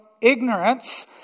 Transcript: ignorance